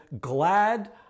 glad